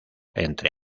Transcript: entre